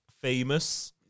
famous